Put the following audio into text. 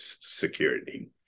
security